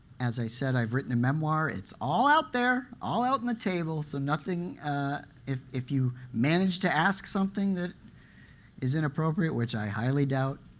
as i said, i've written a memoir. it's all out there, all out on the table, so nothing if if you manage to ask something that is inappropriate, which i highly doubt,